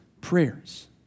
prayers